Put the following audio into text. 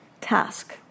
task